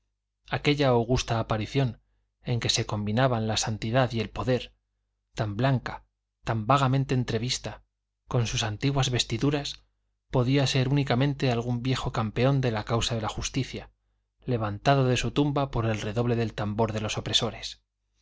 aquella augusta aparición en que se combinaban la santidad y el poder tan blanca tan vagamente entrevista con sus antiguas vestiduras podía ser únicamente algún viejo campeón de la causa de la justicia levantado de su tumba por el redoble del tambor de los opresores